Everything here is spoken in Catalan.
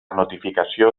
notificació